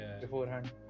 beforehand